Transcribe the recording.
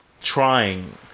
trying